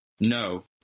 No